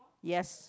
yes